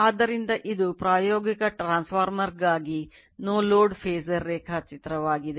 ಆದ್ದರಿಂದ ಇದು ಪ್ರಾಯೋಗಿಕ ಟ್ರಾನ್ಸ್ಫಾರ್ಮರ್ಗಾಗಿ ನೋ ಲೋಡ್ ಫಾಸರ್ ರೇಖಾಚಿತ್ರವಾಗಿದೆ